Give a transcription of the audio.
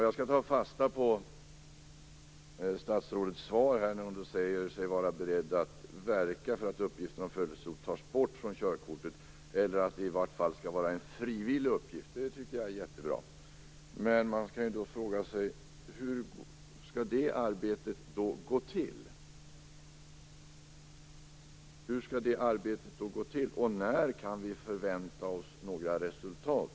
Jag skall ta fasta på statsrådets svar där hon säger sig vara beredd att verka för att uppgiften om födelseort tas bort från körkortet eller att det i vart fall skall vara en frivillig uppgift. Det är jättebra. Men då frågar jag mig: Hur skall det arbetet gå till? När kan vi förvänta oss några resultat?